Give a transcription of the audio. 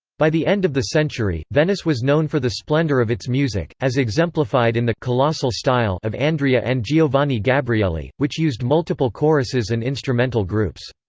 by the end of the century, venice was known for the splendor of its music, as exemplified in the colossal style of andrea and giovanni gabrieli, which used multiple choruses and instrumental groups.